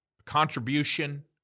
contribution